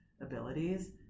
abilities